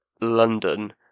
London